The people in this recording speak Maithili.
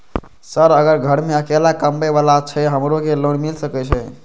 सर अगर घर में अकेला कमबे वाला छे हमरो के लोन मिल सके छे?